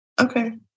Okay